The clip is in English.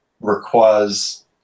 requires